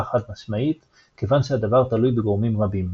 חד משמעית כיוון שהדבר תלוי בגורמים רבים,